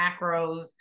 macros